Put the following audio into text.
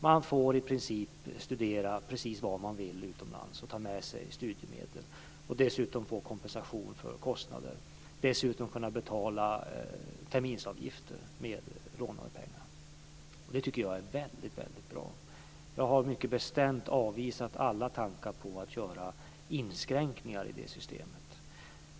Man får i princip studera precis vad man vill utomlands, och ta med sig studiemedel. Dessutom får man kompensation för kostnader, och kan betala terminsavgifter med lånade pengar. Det tycker jag är väldigt bra. Jag har mycket bestämt avvisat alla tankar på att göra inskränkningar i detta system.